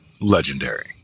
legendary